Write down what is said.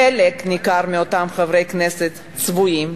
חלק ניכר מאותם חברי כנסת צבועים,